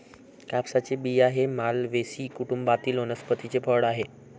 कापसाचे बिया हे मालवेसी कुटुंबातील वनस्पतीचे फळ आहे